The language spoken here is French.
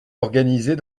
organisés